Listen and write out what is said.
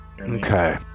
Okay